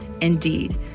indeed